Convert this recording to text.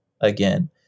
again